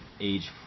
age